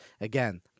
Again